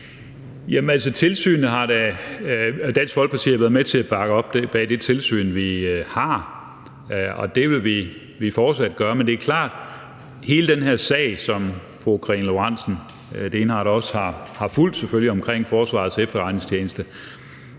Dansk Folkeparti har været med til at bakke op om det tilsyn, vi har, og det vil vi fortsat gøre, men det er klart, at hele den her sag, som fru Karina Lorentzen Dehnhardt selvfølgelig også har fulgt, omkring Forsvarets Efterretningstjeneste